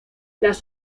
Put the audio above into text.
las